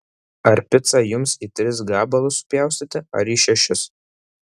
ar picą jums į tris gabalus supjaustyti ar į šešis